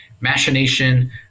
Machination